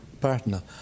partner